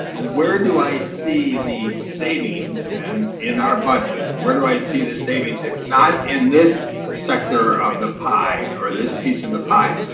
ah where do i see the savings and in our budget, where do i see the savings, if not in this sector of the pie, or this piece of the pie?